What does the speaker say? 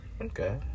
Okay